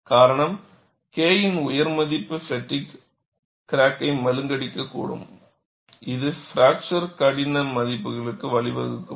காரணம் K இன் உயர் மதிப்பு பெட்டிக் கிராக்கை மழுங்கடிக்கக்கூடும் இது பிராக்சர் கடின மதிப்புகளுக்கு வழிவகுக்கும்